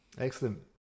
Excellent